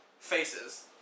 Faces